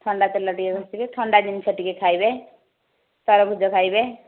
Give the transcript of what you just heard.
ଥଣ୍ଡା ତେଲ ଟିକେ ଘଷିବେ ଥଣ୍ଡା ଜିନିଷ ଟିକେ ଖାଇବେ ତରଭୁଜ ଖାଇବେ